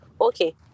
Okay